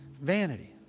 Vanity